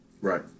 Right